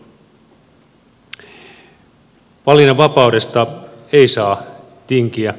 valinnanvapaudesta ei saa tinkiä